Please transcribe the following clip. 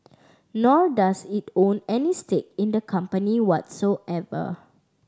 nor does it own any stake in the company whatsoever